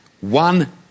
one